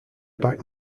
back